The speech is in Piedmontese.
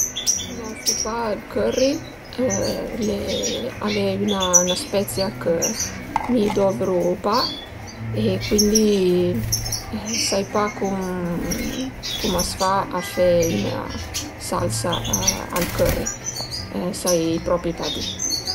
Cunosu pa ël curry, l'e al e 'na spezia chë mi dovru pa e cuindi sai pa cum a s'fa a fe üna salsa al curry, sai propi pa di